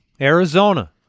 Arizona